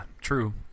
true